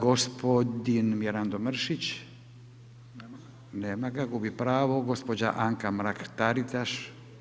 Gospodin Mirando Mršić, nema ga, gubi pravo, gospođa Anka Mrak Taritaš.